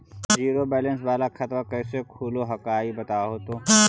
Zero balance वाला खतवा कैसे खुलो हकाई बताहो तो?